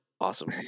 Awesome